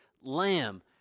lamb